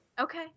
okay